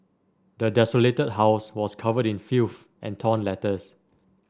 the desolated house was covered in filth and torn letters